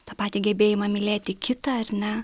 tą patį gebėjimą mylėti kitą ar ne